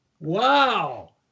Wow